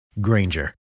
Granger